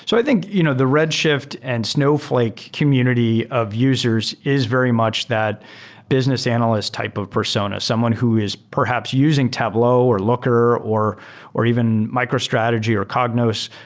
so i think you know the red shift and snowfl ake community of users is very much that business analyst type of persona. someone who is perhaps using tableau, or looker, or or even microstrategy, or cognos,